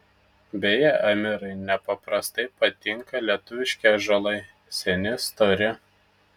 beje amirai nepaprastai patinka lietuviški ąžuolai seni stori